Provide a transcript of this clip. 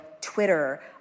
Twitter